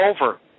over